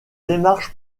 démarche